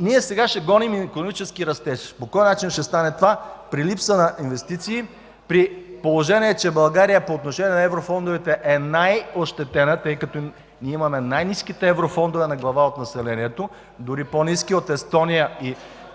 Ние сега ще гоним икономически растеж. По кой начин ще стане това при липса на инвестиции, при положение че България по отношение на еврофондовете е най-ощетена, тъй като имаме най-ниските еврофондове на глава от населението, дори по-ниски от Естония и Латвия?!